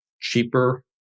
cheaper